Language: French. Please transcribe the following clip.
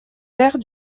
père